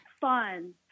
Fun